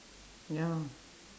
ya lah